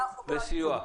וסיוע.